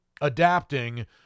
adapting